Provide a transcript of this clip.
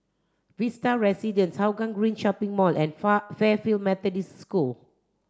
Vista Residences Hougang Green Shopping Mall and Far Fairfield Methodist School